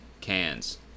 cans